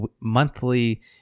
monthly